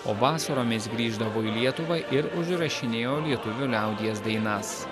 o vasaromis grįždavo į lietuvą ir užrašinėjo lietuvių liaudies dainas